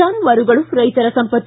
ಜಾನುವಾರುಗಳು ರೈತರ ಸಂಪತ್ತು